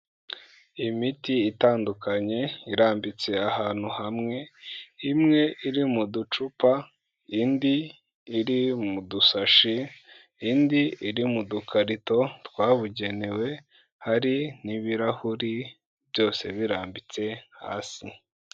Imiti itandukanye irambitse ahantu hamwe, imwe iri mu ducupa indi iri mu dusashi, indi iri mu dukarito twabugenewe hari n'ibirahuri byose birambitse hasi.